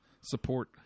support